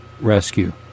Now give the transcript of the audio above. rescue